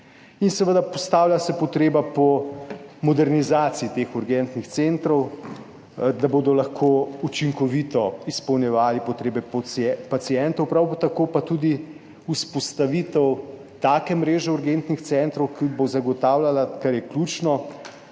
In seveda postavlja se potreba po modernizaciji teh urgentnih centrov, da bodo lahko učinkovito izpolnjevali potrebe pacientov. Prav tako pa tudi vzpostavitev take mreže urgentnih centrov, ki bo zagotavljala, kar je ključno,